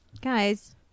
Guys